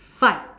fight